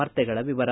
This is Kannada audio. ವಾರ್ತೆಗಳ ವಿವರ